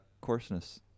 coarseness